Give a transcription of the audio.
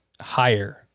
higher